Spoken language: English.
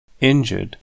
injured